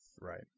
Right